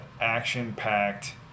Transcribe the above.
action-packed